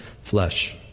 flesh